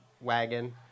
wagon